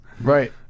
Right